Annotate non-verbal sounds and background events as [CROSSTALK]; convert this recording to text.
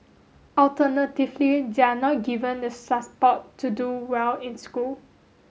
alternatively they are not given the [UNINTELLIGIBLE] to do well in school